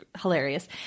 Hilarious